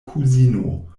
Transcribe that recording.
kuzino